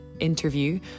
interview